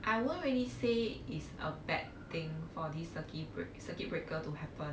I won't really say is a bad thing for the circuit circuit breaker to happen